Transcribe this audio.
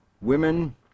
women